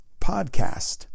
podcast